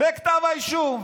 בכתב האישום.